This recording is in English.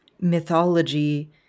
mythology